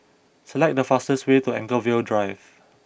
select the fastest way to Anchorvale Drive